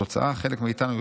התוצאה: חלק מאיתנו,